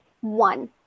one